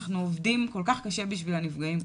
אנחנו עובדים כל כך קשה בשביל הנפגעים.